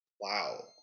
Wow